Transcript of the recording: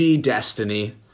Destiny